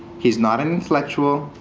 he's not an intellectual.